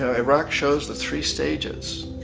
ah iraq showes the three stages.